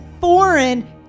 foreign